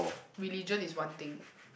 religion is one thing